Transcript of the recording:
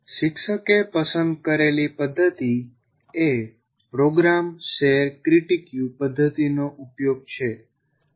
શિક્ષકે પસંદ કરેલી પદ્ધતિ એ પ્રોગ્રામ શેર ક્રિટિકયુ પદ્ધતિનો ઉપયોગ છે